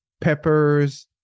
peppers